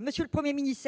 Monsieur le Premier ministre,